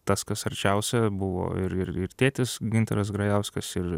tas kas arčiausia buvo ir ir ir tėtis gintaras grajauskas ir